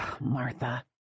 Martha